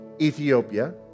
Ethiopia